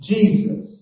Jesus